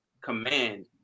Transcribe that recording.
command